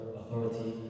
authority